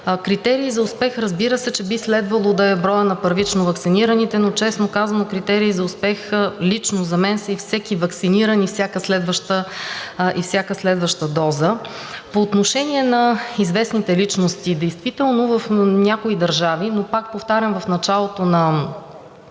Критерий за успех, разбира се, че би следвало да е броят на първично ваксинираните, но честно казано, критерий за успех лично за мен са и всеки ваксиниран, и всяка следваща доза. По отношение на известните личности, действително в някои държави, но пак повтарям, в началото на